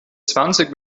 zwanzig